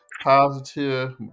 positive